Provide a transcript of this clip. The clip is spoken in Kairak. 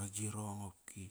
agirong qopki.